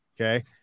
Okay